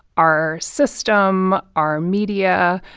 our system, our media,